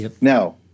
Now